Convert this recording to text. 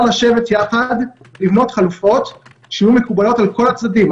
לשבת יחד ולבנות חלופות שיהיו מקובלות על כל הצדדים.